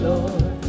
Lord